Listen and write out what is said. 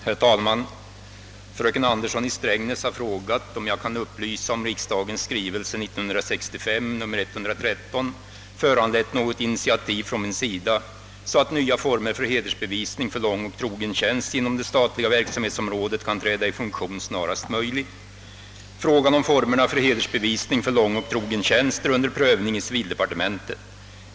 Herr talman! Fröken Andersson i Strängnäs har frågat, om jag kan upplysa om riksdagens skrivelse 1965:113 föranlett något initiativ från min sida, så att nya former för hedersbevisning för lång och trogen tjänst inom det statliga verksamhetsområdet kan träda i funktion snarast möjligt. Frågan om formerna för hedersbevisning för lång och trogen tjänst är under prövning i civildepartementet.